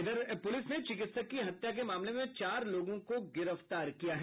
इधर पुलिस ने चिकित्सक की हत्या के मामले में चार लोगों को गिरफ्तार किया है